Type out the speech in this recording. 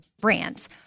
brands